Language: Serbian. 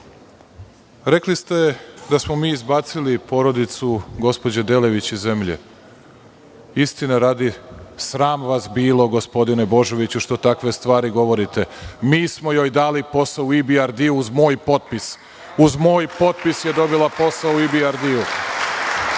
rekli ste da smo mi izbacili porodicu gospođe Delević iz zemlje. Istine radi, sram vas bilo gospodine Božoviću što takve stvari govorite. Mi smo joj dali posao u IBRT uz moj potpis. Uz moj potpis je dobila posao u IBRT.